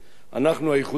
אנחנו, האיחוד הלאומי